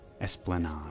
Esplanade